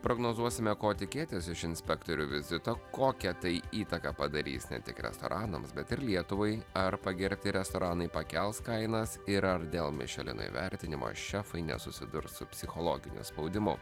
prognozuosime ko tikėtis iš inspektorių vizito kokią tai įtaką padarys ne tik restoranams bet ir lietuvai ar pagerbti restoranai pakels kainas ir ar dėl mišelino įvertinimo šefai nesusidurs su psichologiniu spaudimu